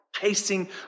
pacing